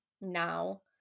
now